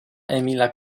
emila